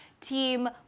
team